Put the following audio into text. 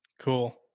Cool